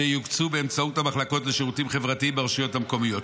שיוקצו באמצעות המחלקות לשירותים חברתיים ברשויות המקומיות.